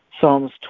Psalms